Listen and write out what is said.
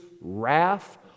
wrath